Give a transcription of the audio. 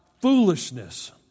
foolishness